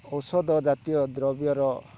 ଔଷଧ ଜାତୀୟ ଦ୍ରବ୍ୟର